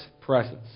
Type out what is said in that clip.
presence